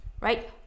right